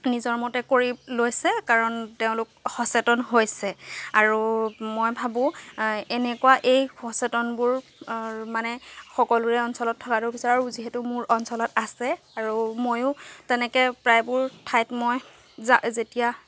নিজৰ মতে কৰি লৈছে কাৰণ তেওঁলোক সচেতন হৈছে আৰু মই ভাবো আৰু এনেকুৱা এই সচেতনবোৰ মানে সকলোৰে অঞ্চলত থকাতো বিচাৰো আৰু যিহেতু মোৰ অঞ্চলত আছে আৰু ময়ো তেনেকৈ প্ৰায়বোৰ ঠাইত মই যা যেতিয়া